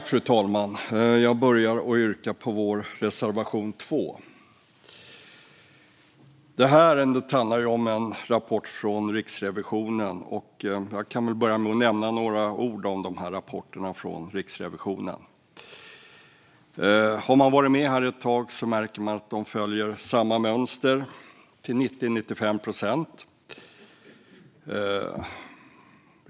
Fru talman! Jag börjar med att yrka bifall till reservation 2. Den här debatten handlar om en rapport från Riksrevisionen. Jag kan väl börja med att säga några ord om rapporterna från Riksrevisionen. Har man varit med här ett tag märker man att de följer samma mönster till 90-95 procent.